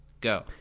go